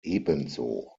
ebenso